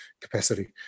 capacity